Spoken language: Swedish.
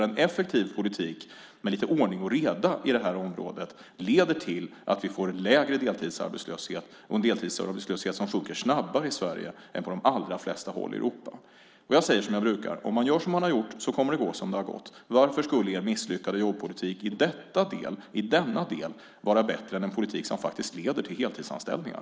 En effektiv politik med lite ordning och reda på området leder till att vi får en lägre deltidsarbetslöshet som också sjunker snabbare i Sverige än på de allra flesta håll i Europa. Jag säger som jag brukar: Om man gör som man har gjort kommer det att gå som det har gått. Varför skulle er misslyckade jobbpolitik i denna del vara bättre än den politik som faktiskt leder till heltidsanställningar?